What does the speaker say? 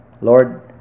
Lord